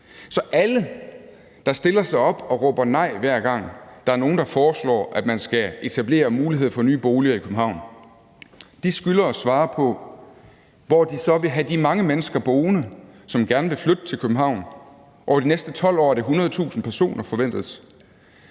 Så alle, der stiller sig op og råber nej, hver gang der er nogen, der foreslår, man skal etablere muligheder for nye boliger i København, skylder at svare på, hvor de så vil have de mange mennesker boende, som gerne vil flytte til København. Over de næste 12 år er det 100.000 personer, forventes